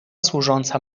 służąca